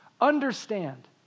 understand